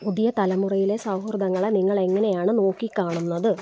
പുതിയ തലമുറയിലെ സൗഹൃദങ്ങളെ നിങ്ങൾ എങ്ങനെയാണ് നോക്കിക്കാണുന്നത്